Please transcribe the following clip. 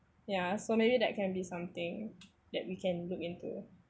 ya so maybe that can be something that we can look into